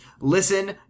Listen